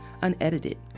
unedited